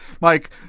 Mike